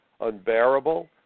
unbearable